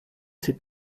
c’est